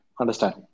understand